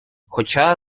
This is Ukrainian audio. хоча